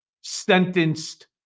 sentenced